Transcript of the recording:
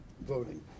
voting